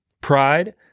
Pride